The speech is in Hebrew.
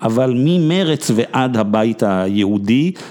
‫אבל ממרץ ועד הבית היהודי...